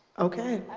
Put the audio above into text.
okay.